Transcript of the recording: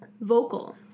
vocal